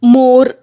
मोर